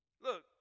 Look